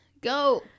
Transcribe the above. go